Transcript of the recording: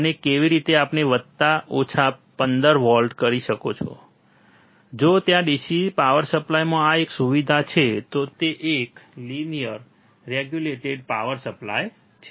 અને કેવી રીતે આપણે વત્તા ઓછા 15 વોલ્ટ કરી શકો છો જો ત્યાં DC પાવર સપ્લાયમાં આ એક સુવિધા છે તો તે એક લિનિયર રેગ્યુલેટેડ પાવર સપ્લાય છે